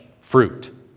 fruit